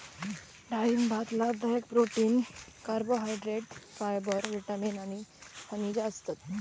डाळिंबात लाभदायक protein, carbohydrate, fibre, vitamin आणि खनिजा असतत